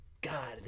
God